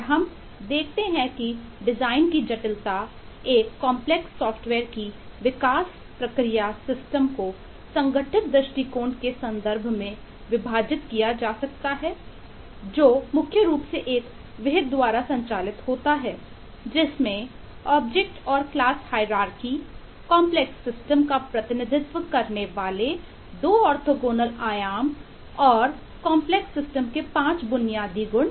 और हम देखते हैं कि डिजाइन की जटिलता एक कॉम्प्लेक्स सॉफ्टवेयर के 5 बुनियादी गुण